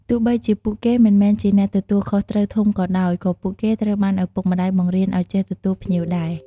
ទោះបីជាពួកគេមិនមែនជាអ្នកទទួលខុសត្រូវធំក៏ដោយ ក៏ពួកគេត្រូវបានឪពុកម្តាយបង្រៀនឲ្យចេះទទួលភ្ញៀវដែរ។